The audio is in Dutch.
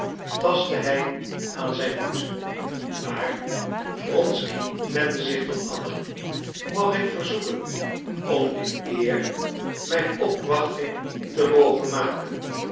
tastte hij aan zijn hoed maar wronsky wendde zich tot anna mag ik verzoeken om de eer mijn opwachting te mogen maken